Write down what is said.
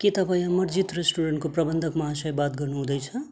के तपाईँ यहाँ मर्जिद रेस्टुरेन्टको प्रबन्धक महाशय बात गर्नु हुँदैछ